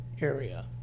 area